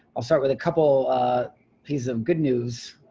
i'll start with a couple a piece of good news.